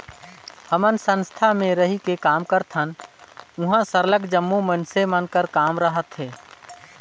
हमन संस्था में रहिके काम करथन उहाँ सरलग जम्मो मइनसे मन कर काम रहथे